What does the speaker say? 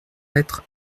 être